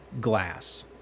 glass